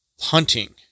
hunting